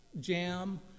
jam